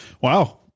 Wow